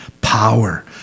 power